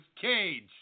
Cage